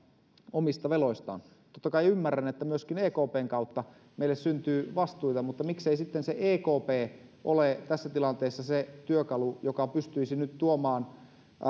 omista veloistaan totta kai ymmärrän että myöskin ekpn kautta meille syntyy vastuita mutta miksei sitten se ekp ole tässä tilanteessa se työkalu joka pystyisi nyt tuomaan